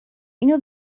اینو